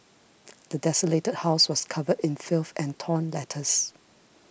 the desolated house was covered in filth and torn letters